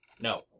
No